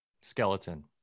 Skeleton